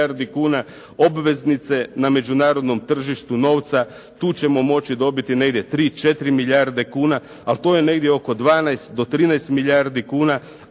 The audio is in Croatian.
Obveznice na međunarodnom tržištu novca, tu ćemo moći dobiti negdje 3 do 4 milijarde kuna a to je negdje oko 12 do 13 milijardi kuna